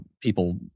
people